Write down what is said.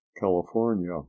CALIFORNIA